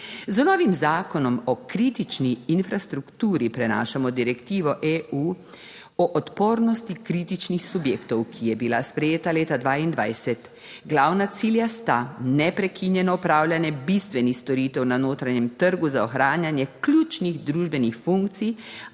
Z novim zakonom o kritični infrastrukturi prenašamo direktivo EU o odpornosti kritičnih subjektov, ki je bila sprejeta leta 2022. Glavna cilja sta neprekinjeno opravljanje bistvenih storitev na notranjem trgu za ohranjanje ključnih družbenih funkcij